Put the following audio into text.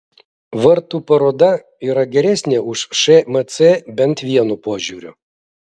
vartų paroda yra geresnė už šmc bent vienu požiūriu